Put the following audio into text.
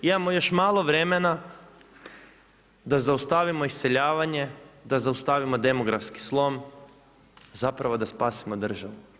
Imamo još malo vremena da zaustavimo iseljavanja, da zaustavimo demografski slom, zapravo da spasimo državu.